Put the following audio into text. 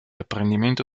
apprendimento